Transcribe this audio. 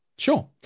sure